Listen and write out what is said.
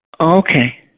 Okay